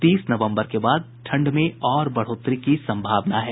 तीस नवम्बर के बाद ठंड में और बढ़ोतरी की सम्भावना है